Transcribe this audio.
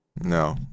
No